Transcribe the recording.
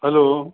hello